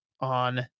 on